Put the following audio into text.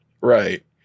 Right